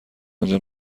آنجا